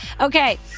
Okay